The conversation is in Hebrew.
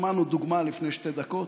שמענו דוגמה לפני שתי דקות,